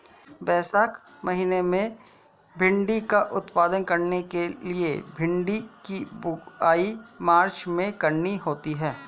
वैशाख महीना में भिण्डी का उत्पादन करने के लिए भिंडी की बुवाई मार्च में करनी होती है